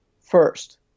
first